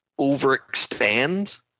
overextend